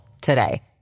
today